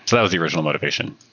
that was the original motivation.